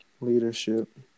leadership